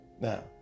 Now